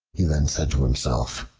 he then said to himself,